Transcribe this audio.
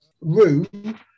room